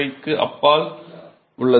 5 க்கு அப்பால் உள்ளது